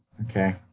Okay